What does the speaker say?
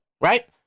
right